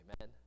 Amen